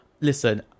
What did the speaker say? Listen